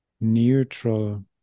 neutral